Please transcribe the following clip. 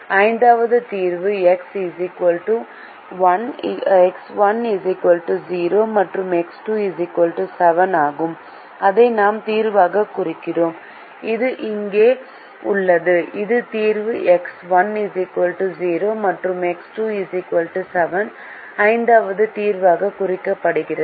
ஐந்தாவது தீர்வு எக்ஸ் 1 0 மற்றும் எக்ஸ் 2 7 ஆகும் இதை நாம் தீர்வாகக் குறிக்கிறோம் இது இங்கே உள்ளது இது தீர்வு எக்ஸ் 1 0 மற்றும் எக்ஸ் 2 7 ஐந்தாவது தீர்வாக குறிக்கப்படுகிறது